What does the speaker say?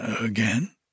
again